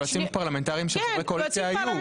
יועצים פרלמנטריים של חברי קואליציה היו.